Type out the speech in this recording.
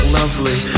lovely